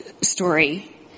story